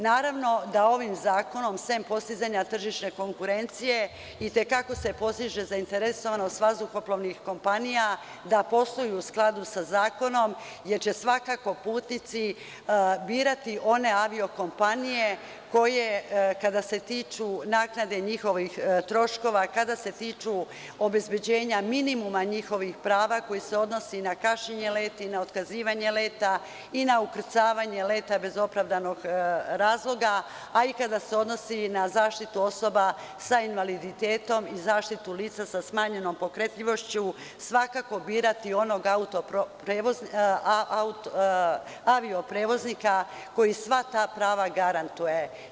Naravno da ovim zakonom, sem postizanja tržišne konkurencije, i te kako se postiže zainteresovanost vazduhoplovnih kompanija da posluju u skladu sa zakonom, jer će svakako putnici birati one avio-kompanije koje kada se tiču naknade njihovih troškova, kada se tiču obezbeđenja minimuma njihovih prava koji se odnosi na kašnjenje leta i na otkazivanje leta, i na ukrcavanje leta bez opravdanog razloga, a i kada se odnosi na zaštitu osoba sa invaliditetom i zaštitu lica sa smanjenom pokretljivošću, svakako birati onog avio-prevoznika koji sva ta prava garantuje.